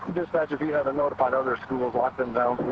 dispatch, if you haven't notified other schools, lock them down.